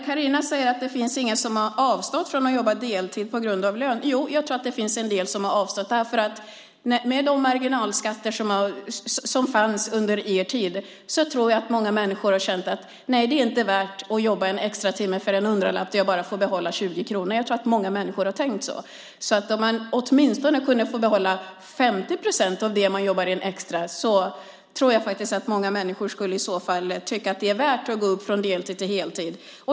Carina säger att det inte finns någon som har avstått från att jobba heltid på grund av lön. Jo, jag tror att det finns en del som har avstått. Med de marginalskatter som fanns under er tid tror jag att många människor kände att det inte var värt att jobba en extra timme för en hundralapp när man bara får behålla 20 kronor. Jag tror att många människor har tänkt så. Om man åtminstone får behålla 50 procent av det man jobbar in extra tror jag att många människor skulle tycka att det är värt att gå upp från deltid till heltid.